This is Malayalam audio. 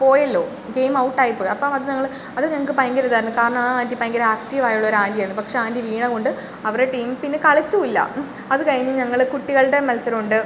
പോയല്ലോ ഗെയിം ഔട്ടായിപ്പോയി അപ്പം അത് ഞങ്ങൾ അത് ഞങ്ങൾക്ക് ഭയങ്കരൊരിതായിരുന്നു കാരണം ആ ആൻറ്റി ഭയങ്കര ആക്റ്റീവ് ആയുള്ളൊരാൻറ്റി ആയിരുന്നു പക്ഷേ ആ ആൻറ്റി വീണ കൊണ്ട് അവരെ ടീം പിന്നെ കളിച്ചും ഇല്ല ഉം അത് കഴിഞ്ഞ് ഞങ്ങൾ കുട്ടികളുടെ മത്സരമുണ്ട്